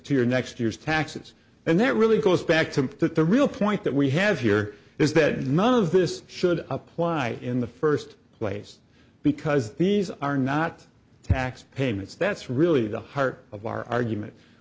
to your next year's taxes and that really goes back to the real point that we have here is that none of this should apply in the first place because these are not tax payments that's really the heart of our argument